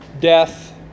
death